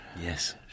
Yes